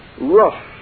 rough